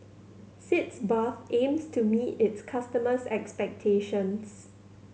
Sitz Bath aims to meet its customers' expectations